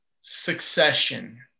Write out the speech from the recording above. succession